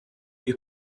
you